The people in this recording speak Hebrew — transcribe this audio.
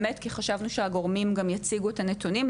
כי חשבנו שהגורמים גם יציגו את הנתונים.